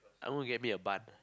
I want to get me a bun